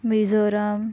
Mizoram